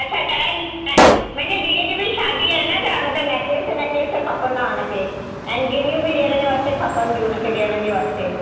अच्छा छा आहे नी अ मुंहिंजे धीअ जी बि शादी आहे न त मूंखे नेकलेस नेकलेस खपंदा आहे उनखे ऐं गिन्नियूं बि ॾियण वटि खपंदियूं हुननि खे ॾियण जे वास्ते